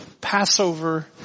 Passover